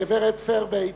הגברת פרביט